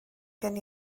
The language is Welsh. gen